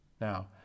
Now